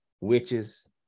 witches